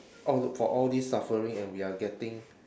all look for all these suffering and we are getting